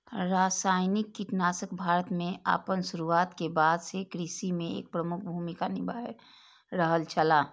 रासायनिक कीटनाशक भारत में आपन शुरुआत के बाद से कृषि में एक प्रमुख भूमिका निभाय रहल छला